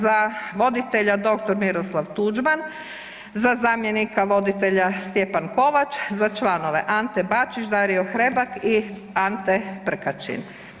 Za voditelja dr. Miroslav Tuđman, za zamjenika voditelja Stjepan Kovač, za članove: Ante Bačić, Dario Hrebak i Ante Prkačin.